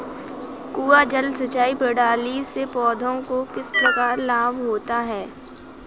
कुआँ जल सिंचाई प्रणाली से पौधों को किस प्रकार लाभ होता है?